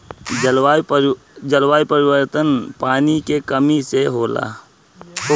जलवायु परिवर्तन, पानी के कमी से होखेला